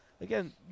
again